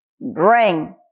bring